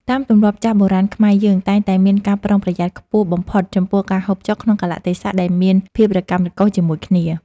តាមទម្លាប់ចាស់បុរាណខ្មែរយើងតែងតែមានការប្រុងប្រយ័ត្នខ្ពស់បំផុតចំពោះការហូបចុកក្នុងកាលៈទេសៈដែលមានភាពរកាំរកូសជាមួយគ្នា។